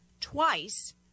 twice